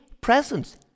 presence